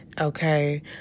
okay